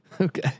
Okay